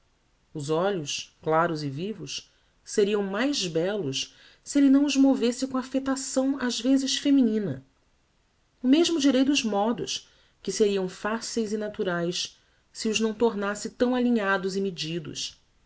os olhos claros e vivos seriam mais bellos se elle não os movesse com affectação ás vezes feminina o mesmo direi dos modos que seriam faceis e naturaes se os não tornasse tão alinhados e medidos